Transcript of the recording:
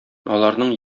аларның